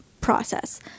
process